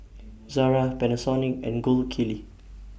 Zara Panasonic and Gold Kili